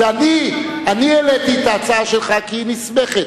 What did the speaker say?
זה אני העליתי את ההצעה שלך, כי היא נסמכת.